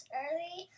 early